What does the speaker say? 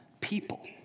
people